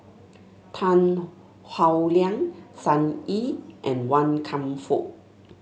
Tan Howe Liang Sun Yee and Wan Kam Fook